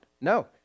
no